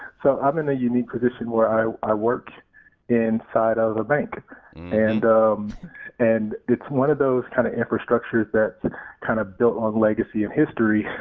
so i'm in a unique position where i i work inside of a bank and and it's one of those kind of infrastructures that kind of built on legacy of history,